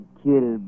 kill